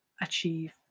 achieve